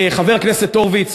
חבר הכנסת הורוביץ,